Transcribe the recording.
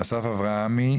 אסף אברהמי,